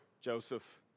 Joseph